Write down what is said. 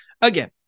Again